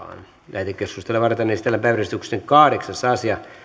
lähetekeskustelua varten esitellään päiväjärjestyksen kahdeksas asia